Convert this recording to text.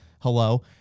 Hello